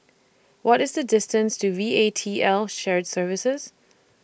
What IS The distance to V A T L Shared Services